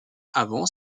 avant